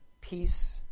Peace